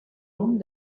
volum